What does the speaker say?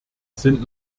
sind